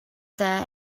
there